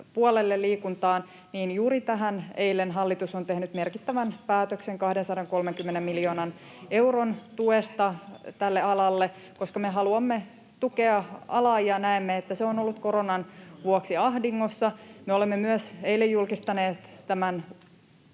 puolelle, liikuntaan, niin juuri eilen hallitus on tehnyt merkittävän päätöksen 230 miljoonan euron tuesta tälle alalle, koska me haluamme tukea alaa ja näemme, että se on ollut koronan vuoksi ahdingossa. Me olemme eilen julkistaneet myös